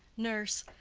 nurse.